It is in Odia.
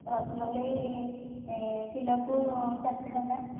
ରସମଲେଇ କିଲୋ କୁ ଚାରି ଶହ ଟଙ୍କା